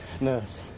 nurse